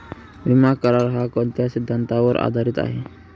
विमा करार, हा कोणत्या सिद्धांतावर आधारीत आहे?